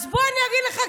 אז בוא אני אגיד לך,